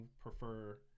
prefer